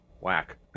whack